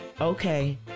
Okay